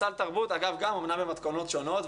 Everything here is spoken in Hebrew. סל התרבות אומנם גם במתכונות שונות,